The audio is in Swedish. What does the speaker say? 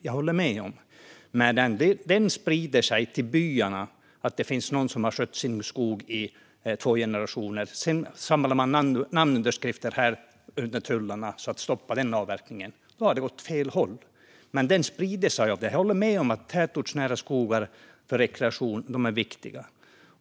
Men när det sprider sig till byarna att det finns någon som har skött sin skog i två generationer och det sedan samlas namnunderskrifter här innanför tullarna för att stoppa den avverkningen har det gått åt fel håll. Jag håller med om att tätortsnära skogar för rekreation är viktiga.